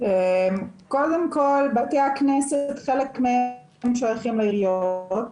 קודם כל בתי הכנסת, חלק מהם הם שייכים לעיריות.